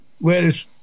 Whereas